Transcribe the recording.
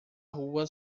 rua